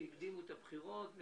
הקדימו את הבחירות.